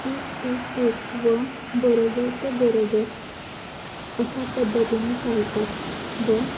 चूक ते चूक व बरोबर ते बरोबर अशा पद्धतीने चालतात व